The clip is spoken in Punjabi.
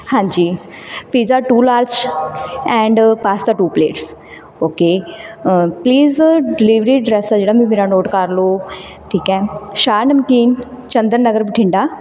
ਹਾਂਜੀ pizza two large and pasta two plates okay please delivery address ਹੈ ਜਿਹੜਾ ਵੀ ਮੇਰਾ ਨੋਟ ਕਰ ਲਓ ਠੀਕ ਹੈ ਸ਼ਾਹ ਨਮਕੀਨ ਚੰਦਨ ਨਗਰ ਬਠਿੰਡਾ